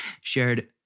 shared